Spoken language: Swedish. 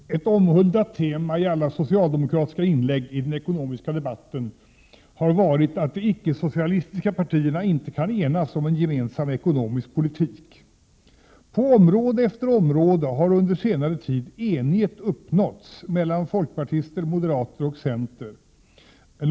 Herr talman! Ett omhuldat tema i alla socialdemokratiska inlägg i den ekonomiska debatten har varit att de icke-socialistiska partierna inte kan enas om en gemensam ekonomisk politik. På område efter område har under senare tid enighet uppnåtts mellan folkpartister, moderater och centerpartister.